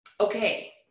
okay